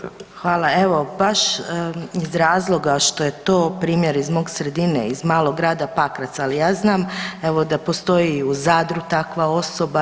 Evo baš iz razloga što je to primjer iz moje sredine iz malog grada Pakraca, ali ja znam evo da postoji i u Zadru takva osoba.